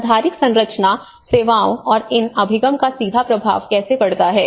आधारिक संरचना सेवाओं और इन अभिगम का सीधा प्रभाव कैसे पड़ता है